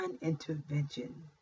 intervention